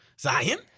Zion